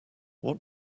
what